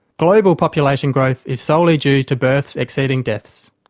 global population growth is solely due to births exceeding deaths.